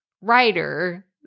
writer